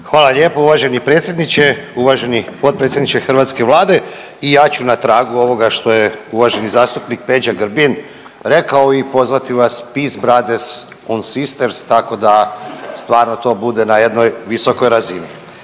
Hvala lijepo uvaženi predsjedniče, uvaženi potpredsjedniče hrvatske Vlade. I ja ću na tragu ovoga što je uvaženi zastupnik Peđa Grbin rekao i pozvati vas peace brothers und sisters, tako da stvarno to bude na jednoj visokoj razini.